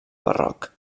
barroc